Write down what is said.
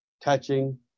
touching